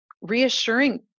reassuring